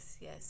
yes